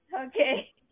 Okay